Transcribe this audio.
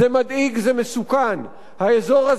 האזור הזה נמצא במירוץ נגד הזמן,